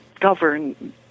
govern